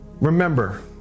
remember